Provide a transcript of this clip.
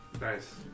Nice